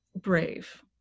brave